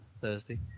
Thursday